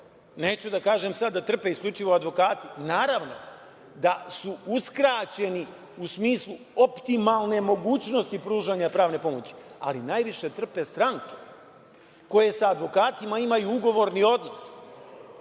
Neću da kažem sada da trpe isključivo advokati. Naravno, da su uskraćeni u smislu optimalne mogućnosti pružanja pravne pomoći, ali najviše trpe stranke koje sa advokatima imaju ugovorni odnos,